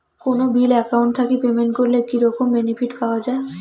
কোনো bill account থাকি payment করলে কি রকম বেনিফিট পাওয়া য়ায়?